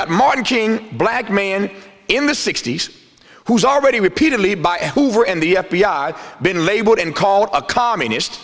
got martin king black man in the sixty's who's already repeatedly by hoover and the f b i been labeled and called a communist